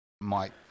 Mike